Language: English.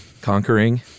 conquering